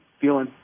feeling